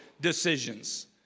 decisions